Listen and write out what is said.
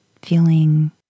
Feeling